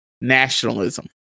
nationalism